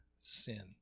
sin